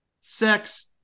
Sex